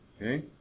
okay